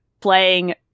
playing